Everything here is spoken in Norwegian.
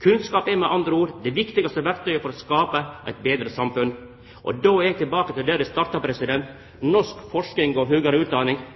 Kunnskap er med andre ord det viktigaste verktøyet for å skapa eit betre samfunn. Då er eg tilbake der eg starta: Norsk forsking og høgare utdanning